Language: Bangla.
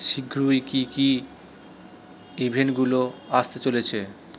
শীঘ্রই কী কী ইভেন্টগুলো আসতে চলেছে